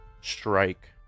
strike